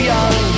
Young